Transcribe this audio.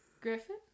Griffin